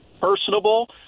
personable